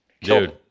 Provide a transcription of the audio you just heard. Dude